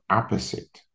opposite